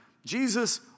Jesus